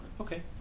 Okay